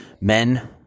men